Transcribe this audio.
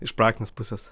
iš praktinės pusės